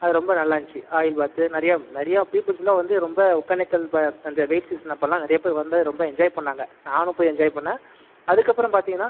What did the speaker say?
அது ரொம்ப நல்லா இருந்துச்சு ஆயில் பாத் நிறைய நிறைய பீப்பிள்ஸ்லாம் வந்து ரொம்ப ஒகேனக்கல் அந்த வெயில் சீசன் அப்போலாம் நிறைய பேர் வந்து ரொம்ப என்ஜாய் பண்ணாங்க நானும் போய் என்ஜாய் பண்ணேன் அதுக்கப்புறம் பார்த்தீங்கன்னா